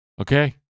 Okay